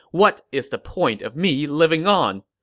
what is the point of me living on!